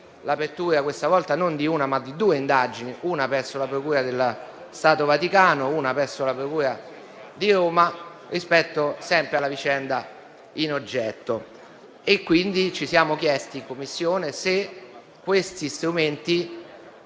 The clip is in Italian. l'apertura questa volta non di una, ma di due indagini, una presso la procura dello Stato Vaticano, una presso la procura di Roma, sempre rispetto alla vicenda in oggetto. Ci siamo quindi chiesti in Commissione se questi strumenti